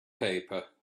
paper